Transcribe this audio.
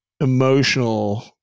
emotional